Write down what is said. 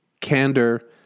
candor